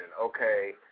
Okay